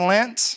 Lent